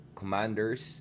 commanders